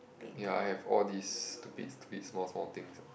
ya I have all this stupid stupid small small things ah